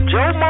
Joe